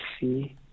see